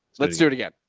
let's do it again.